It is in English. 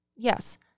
Yes